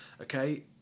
Okay